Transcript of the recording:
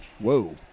Whoa